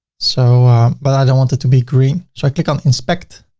so but i don't want it to be green. so i click on inspect?